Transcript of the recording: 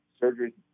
surgery